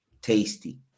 Tasty